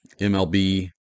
MLB